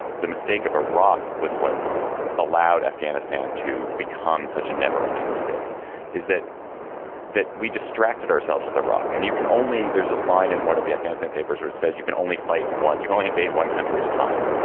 the mistake of iraq was what allowed afghanistan to become such a never ending mistake is that that we distracted ourselves with iraq. and you can only. there's a line in one of the afghanistan papers which says you can only fight one, you only invade one country at a time.